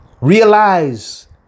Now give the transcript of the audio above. Realize